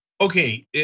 Okay